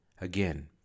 Again